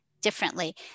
differently